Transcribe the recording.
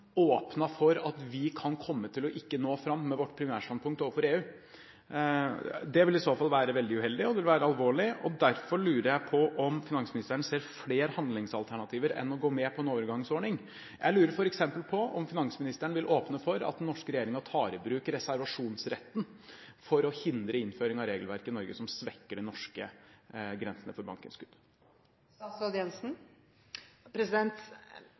for at vi kan komme til ikke å nå fram med vårt primærstandpunkt overfor EU. Det vil i så fall være veldig uheldig, og det vil være alvorlig. Derfor lurer jeg på om finansministeren ser flere handlingsalternativer enn å gå med på en overgangsordning. Jeg lurer f.eks. på om finansministeren vil åpne for at den norske regjeringen tar i bruk reservasjonsretten for å hindre innføring av regelverket i Norge, som vil svekke de norske grensene for